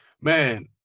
Man